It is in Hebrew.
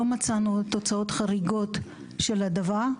לא מצאנו תוצאות חריגות של הדבר.